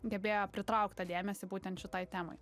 gebėjo pritraukt tą dėmesį būtent šitai temai